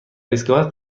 ایستگاه